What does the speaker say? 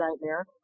nightmare